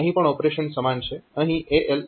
અહીં પણ ઓપરેશન સમાન છે